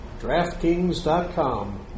DraftKings.com